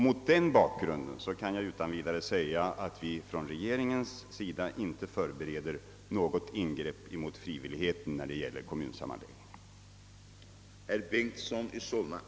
Mot den bakgrunden kan jag utan vidare säga, att vi från regeringens sida inte förbereder något ingripande mot principen om frivillighet när det gäller kommunsammanläggningar.